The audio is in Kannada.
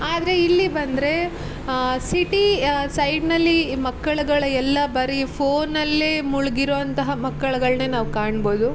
ಆದರೆ ಇಲ್ಲಿ ಬಂದರೆ ಸಿಟಿ ಸೈಡ್ನಲ್ಲಿ ಮಕ್ಕಳುಗಳು ಎಲ್ಲ ಬರೀ ಫೋನ್ನಲ್ಲೇ ಮುಳುಗಿರೋ ಅಂತಹ ಮಕ್ಕಳುಗಳ್ನೇ ನಾವು ಕಾಣ್ಬೋದು